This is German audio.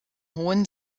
hohen